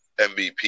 MVP